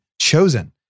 Chosen